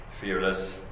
fearless